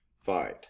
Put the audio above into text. fight